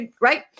right